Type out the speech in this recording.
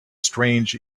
strange